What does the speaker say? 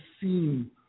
seen